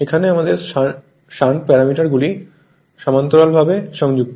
এখানে আমাদের shunt parameter গুলি সমান্তরালভাবে সংযুক্ত